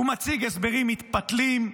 הוא מציג הסברים מתפתלים,